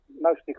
mostly